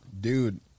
dude